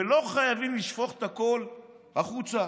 ולא חייבים לשפוך את הכול החוצה.